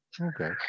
Okay